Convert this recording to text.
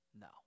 No